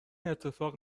اتفاق